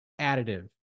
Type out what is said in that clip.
additive